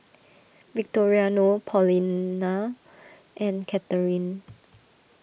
Victoriano Paulina and Katharyn